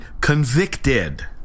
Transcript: convicted